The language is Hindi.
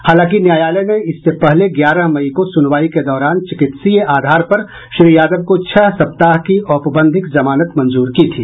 हालांकि न्यायालय ने इससे पहले ग्यारह मई को सुनवाई के दौरान चिकित्सीय आधार पर श्री यादव को छह सप्ताह की औपबंधिक जमानत मंजूर की थी